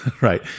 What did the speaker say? Right